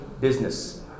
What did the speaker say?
business